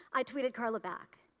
i tweeted carla back,